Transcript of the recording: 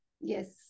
Yes